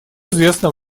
известна